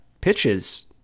pitches